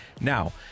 Now